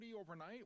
overnight